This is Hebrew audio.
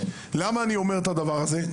למה אני אומר את הדבר הזה?